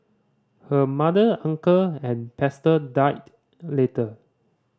her mother uncle and pastor died later